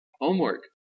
homework